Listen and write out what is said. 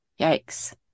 Yikes